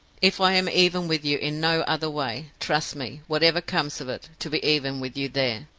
if i am even with you in no other way, trust me, whatever comes of it, to be even with you there!